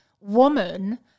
woman